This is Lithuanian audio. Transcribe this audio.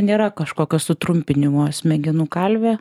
nėra kažkokio sutrumpinimo smegenų kalvė